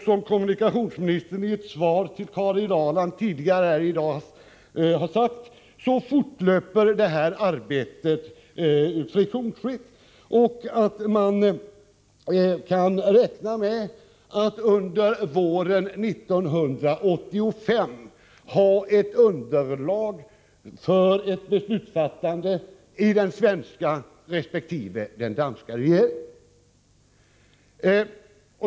Som kommunikationsministern sade tidigare i dag i ett svar till Karin Ahrland fortlöper arbetet, och man kan räkna med att under våren 1985 ha ett underlag för ett beslutsfattande i den svenska resp. den danska regeringen.